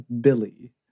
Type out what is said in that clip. Billy